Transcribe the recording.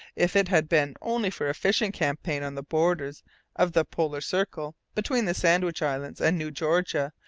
if it had been only for a fishing campaign on the borders of the polar circle, between the sandwich islands and new georgia,